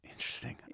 Interesting